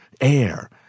air